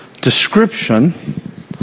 description